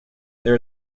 there